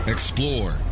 Explore